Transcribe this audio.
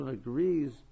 agrees